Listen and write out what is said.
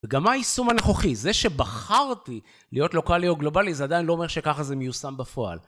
וגם מה היישום הנוכוחי, זה שבחרתי להיות לוקאלי או גלובלי, זה עדיין לא אומר שככה זה מיושם בפועל.